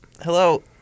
Hello